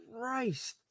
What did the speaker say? Christ